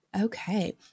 Okay